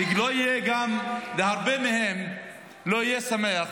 ולא יהיה, להרבה מהם לא יהיה שמח.